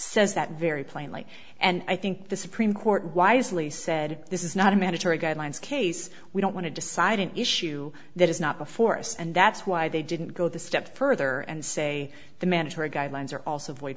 says that very plainly and i think the supreme court wisely said this is not a mandatory guidelines case we don't want to decide an issue that is not before us and that's why they didn't go the step further and say the manager guidelines are also voi